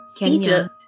Egypt